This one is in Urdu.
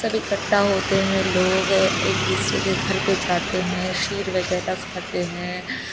سب اکٹھا ہوتے ہیں لوگ ایک دوسرے کے گھر پہ جاتے ہیں شیر وغیرہ کھاتے ہیں